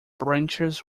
branches